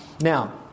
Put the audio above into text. Now